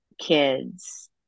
kids